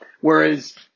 Whereas